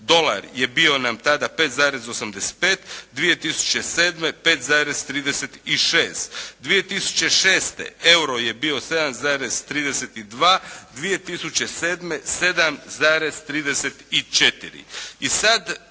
dolar je bio nam tada 5,85, 2007. 5,36. 2006. euro je bio 7,32, 2007. 7,34. I sad